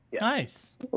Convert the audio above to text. Nice